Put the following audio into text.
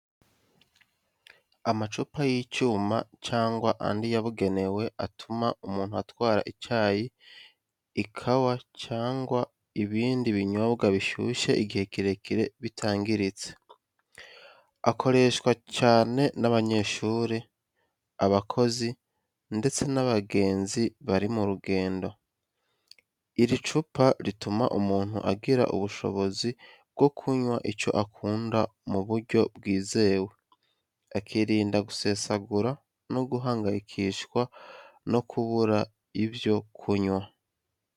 Amacupa y’icyuma cyangwa andi yabugenewe atuma umuntu atwara icyayi, ikawa cyangwa ibindi binyobwa bishyushye igihe kirekire bitangiritse. Akoreshwa cyane n’abanyeshuri, abakozi, ndetse n’abagenzi bari ku rugendo. Iri cupa rituma umuntu agira ubushobozi bwo kunywa icyo akunda mu buryo bwizewe, akirinda gusesagura no guhangayikishwa no kubura ibyo kunywa.